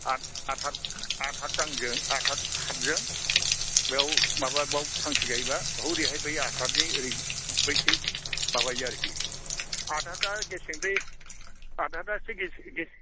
आठ आठहाथ आथहाथ दालजों आठहाथ हाथ जों बेयाव माबा बाव फांसे गायब्ला हौरैहाय बै आठहाथनि ओरै बैथिं माबायो आरखि आठहाथ आ गेसेंद्राय आठहाथ आ इसे गेसें गेसें